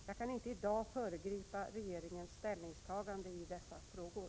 Jag kan inte i dag föregripa regeringens ställningstagande i dessa frågor.